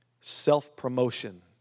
Self-promotion